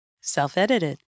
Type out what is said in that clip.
Self-edited